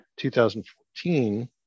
2014